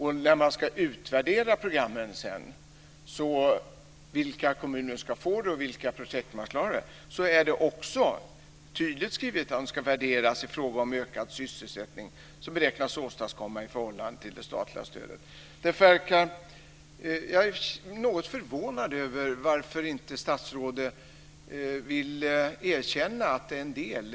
När man sedan ska utvärdera programmen, vilka kommuner som ska få dem och vilka projekt det ska vara är det också tydligt skrivet att de ska värderas i fråga om ökad sysselsättning, som beräknas åstadkommas i förhållande till det statliga stödet. Jag är något förvånad över att statsrådet inte vill erkänna att det är en del.